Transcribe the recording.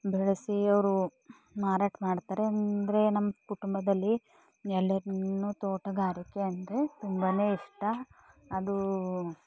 ಬೆಳೆಸಿ ಅವರು ಮಾರಾಟ ಮಾಡ್ತಾರೆ ಅಂದರೆ ನಮ್ಮ ಕುಟುಂಬದಲ್ಲಿ ಎಲ್ಲರೂನು ತೋಟಗಾರಿಕೆ ಅಂದರೆ ತುಂಬನೇ ಇಷ್ಟ ಅದು